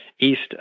East